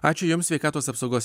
ačiū jums sveikatos apsaugos